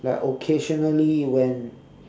like occasionally when